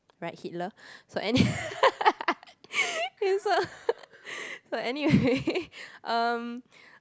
right Hitler so any~ okay so so anyway um